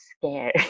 scared